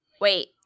Wait